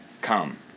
come